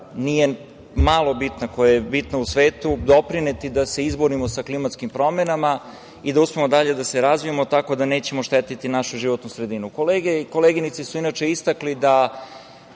nije malo bitna, koja je bitna u svetu, doprineti da se izborimo sa klimatskim promenama i da uspemo dalje da se razvijamo, tako da nećemo štetiti našu životnu sredinu. Kolege i koleginice su, inače, istakli da